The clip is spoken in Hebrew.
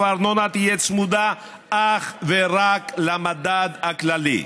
הארנונה תהיה צמודה אך ורק למדד הכללי.